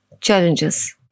challenges